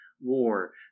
war